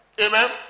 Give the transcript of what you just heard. Amen